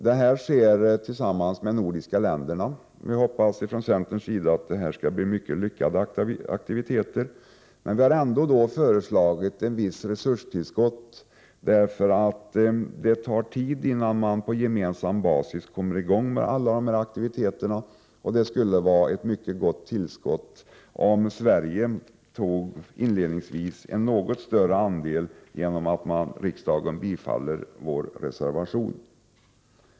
Denna marknadsföring sker tillsammans med övriga nordiska länder, och vi från centern hoppas att dessa aktiviteter skall bli mycket lyckade. Men vi har ändå föreslagit ett visst resurstillskott, eftersom det tar tid innan man på gemensam basis kommer i gång med alla aktiviteter. Det skulle innebära ett mycket gott tillskott om Sverige inledningsvis tog en något större andel genom att riksdagen bifaller centerns reservation.